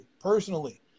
personally